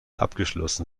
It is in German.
abgeschlossen